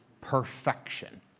Perfection